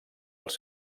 els